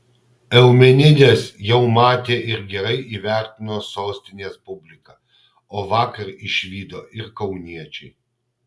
eumenides jau matė ir gerai įvertino lietuvos sostinės publika o vakar išvydo ir kauniečiai